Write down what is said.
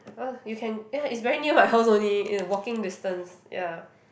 ah you can ya it's very new my house only in a walking distance ya